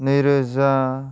नैरोजा